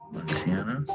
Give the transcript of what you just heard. Montana